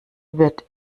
wird